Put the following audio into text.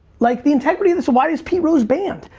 like the integrity of this, why is pete rose banned?